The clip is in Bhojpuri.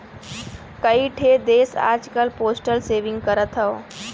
कई ठे देस आजकल पोस्टल सेविंग करत हौ